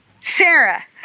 Sarah